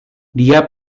dia